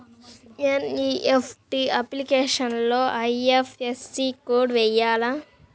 NEFT అప్లికేషన్లో IFSC code వేయాలా?